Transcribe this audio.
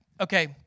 okay